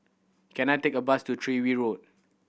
can I take a bus to Tyrwhitt Road